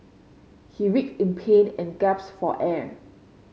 he writhed in pain and gasped for air